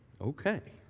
Okay